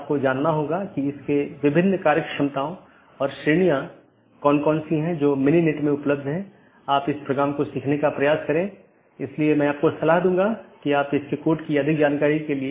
क्योंकि पूर्ण मेश की आवश्यकता अब उस विशेष AS के भीतर सीमित हो जाती है जहाँ AS प्रकार की चीज़ों या कॉन्फ़िगरेशन को बनाए रखा जाता है